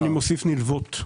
אני מוסיף נלוות.